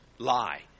lie